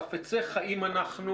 חפצי חיים אנחנו,